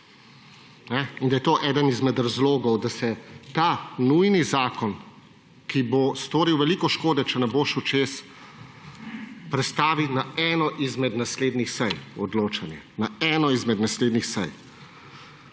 in da je to eden izmed razlogov, da se ta nujni zakon, ki bo storil veliko škode, če ne bo šel čez, prestavi v odločanje na eno izmed naslednjih sej. Na eno izmed naslednjih sej.